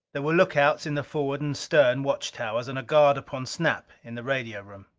there were lookouts in the forward and stern watch towers, and a guard upon snap in the radio room.